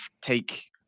take